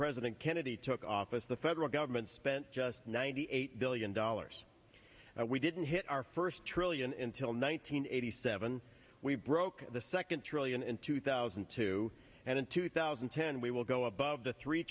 president kennedy took office the federal government spent just ninety eight billion dollars we didn't hit our first trillion in till nine hundred eighty seven we broke the second trillion in two thousand and two and in two thousand and ten we will go above the three